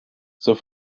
zur